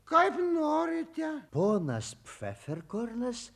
kaip norite ponas pfeferkornas